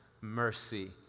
mercy